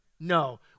No